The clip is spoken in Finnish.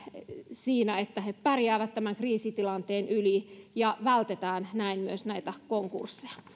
siinä että ne pärjäävät tämän kriisitilanteen yli ja vältetään näin myös konkursseja